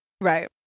right